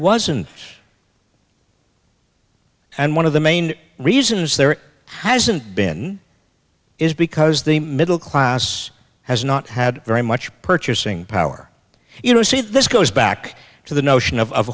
wasn't and one of the main reasons there hasn't been is because the middle class has not had very much purchasing power you know see this goes back to the notion of